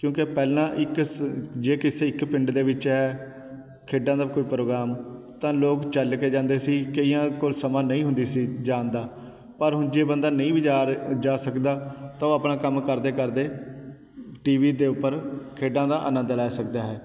ਕਿਉਂਕਿ ਪਹਿਲਾਂ ਇੱਕ ਜੇ ਕਿਸੇ ਇੱਕ ਪਿੰਡ ਦੇ ਵਿੱਚ ਹੈ ਖੇਡਾਂ ਦਾ ਕੋਈ ਪ੍ਰੋਗਰਾਮ ਤਾਂ ਲੋਕ ਚੱਲ ਕੇ ਜਾਂਦੇ ਸੀ ਕਈਆਂ ਕੋਲ ਸਮਾਂ ਨਹੀਂ ਹੁੰਦੀ ਸੀ ਜਾਣ ਦਾ ਪਰ ਹੁਣ ਜੇ ਬੰਦਾ ਨਹੀਂ ਵੀ ਜਾ ਜਾ ਸਕਦਾ ਤਾਂ ਉਹ ਆਪਣਾ ਕੰਮ ਕਰਦੇ ਕਰਦੇ ਟੀ ਵੀ ਦੇ ਉੱਪਰ ਖੇਡਾਂ ਦਾ ਆਨੰਦ ਲੈ ਸਕਦਾ ਹੈ